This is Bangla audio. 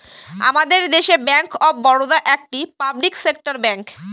আমাদের দেশে ব্যাঙ্ক অফ বারোদা একটি পাবলিক সেক্টর ব্যাঙ্ক